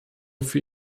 für